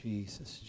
Jesus